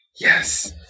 Yes